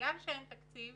ובגלל שאין תקציב